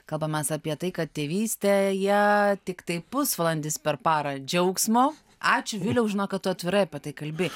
kalbamės apie tai kad tėvystėje tiktai pusvalandis per parą džiaugsmo ačiū vyliau žinok kad tu atvirai apie tai kalbi